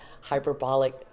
hyperbolic